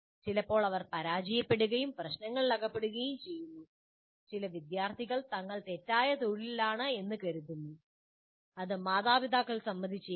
ചിലപ്പോൾ അവർ പരാജയപ്പെടുകയും പ്രശ്നങ്ങളിൽ അകപ്പെടുകയും ചെയ്യുന്നു ചില വിദ്യാർത്ഥികൾ തങ്ങൾ തെറ്റായ തൊഴിലിലാണെന്ന് കരുതുന്നു അത് മാതാപിതാക്കൾ സമ്മതിച്ചേക്കില്ല